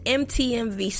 mtmv